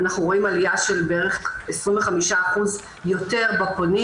אנחנו רואים עלייה של בערך 25% יותר בפונים